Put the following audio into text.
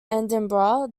edinburgh